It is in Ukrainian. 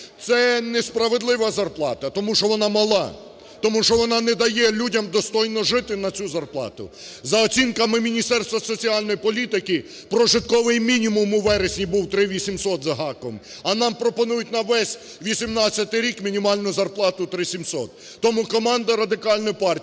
це несправедлива зарплата, тому що вона мала, тому що вона не дає людям достойно жити на цю зарплату. За оцінками Міністерства соціальної політики прожитковий мінімум у вересні був 3800 з гаком, а нам пропонуються на весь 2018 рік мінімальну зарплату 3700. Тому команда Радикальної партії